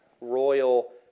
royal